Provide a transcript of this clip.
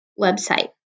website